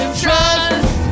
trust